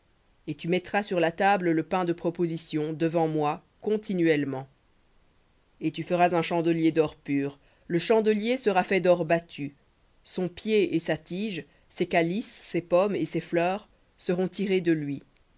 et tu mettras sur la table le pain de proposition devant moi continuellement v et tu feras un chandelier d'or pur le chandelier sera fait battu son pied et sa tige ses calices ses pommes et ses fleurs seront de lui